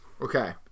Okay